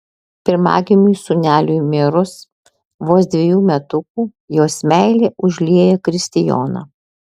pirmagimiui sūneliui mirus vos dvejų metukų jos meilė užlieja kristijoną